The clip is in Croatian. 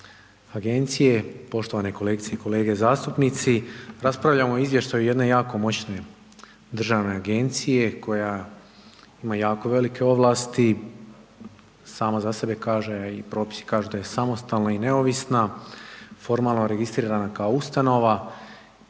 Agencije, poštovani kolegice i kolege zastupnici. Raspravljamo o izvješću jedne jako moćne državne agencije, koja ima jako velike ovlasti. Sama za sebe kaže i propisi kažu da je samostalna i neovisna, formalno registrirana kao ustanova.